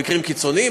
במקרים קיצוניים,